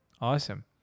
Awesome